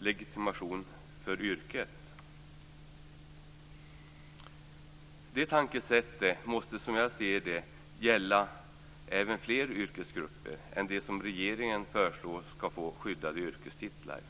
legitimation för yrket." Det tankesättet måste, som jag ser det, gälla fler yrkesgrupper än de som regeringen föreslår skall få skyddade yrkestitlar.